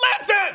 Listen